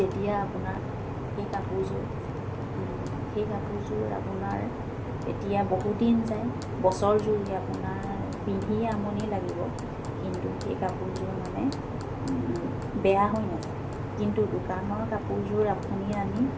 তেতিয়া আপোনাৰ সেই কাপোৰযোৰ সেই কাপোৰযোৰ আপোনাৰ তেতিয়া বহুদিন যায় বছৰজুৰি আপোনাৰ পিন্ধি আমনি লাগিব কিন্তু সেই কাপোৰযোৰ মানে বেয়া হৈ নাযায় কিন্তু দোকানৰ কাপোৰযোৰ আপুনি আনি